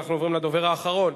אנחנו עוברים לדובר האחרון,